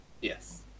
Yes